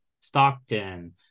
Stockton